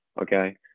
okay